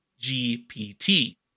GPT